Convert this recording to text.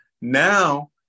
now